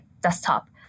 desktop